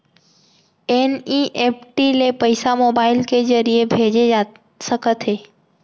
NEFT ले पइसा mobile के ज़रिए भेजे जाथे सकथे?